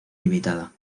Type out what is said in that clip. limitada